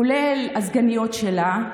כולל הסגניות שלה,